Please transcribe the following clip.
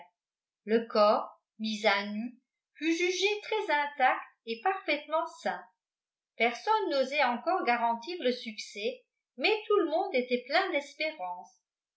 le corps mis à nu fut jugé très intact et parfaitement sain personne n'osait encore garantir le succès mais tout le monde était plein d'espérance